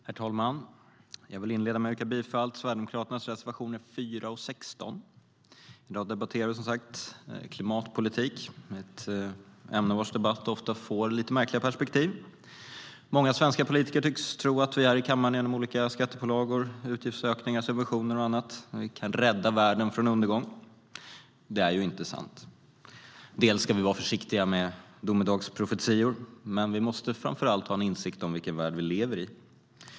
Herr talman! Jag vill inleda med att yrka bifall till Sverigedemokraternas reservationer 4 och 16. I dag debatterar vi, som sagt, klimatpolitik. Det är ett ämne vars debatt ofta får lite märkliga perspektiv. Många svenska politiker tycks tro att vi här i kammaren, genom olika skattepålagor, utgiftsökningar, subventioner och annat, kan rädda världen från undergång. Det är inte sant. Vi ska vara försiktiga med domedagsprofetior, och framför allt måste vi ha en insikt om vilken värld vi lever i.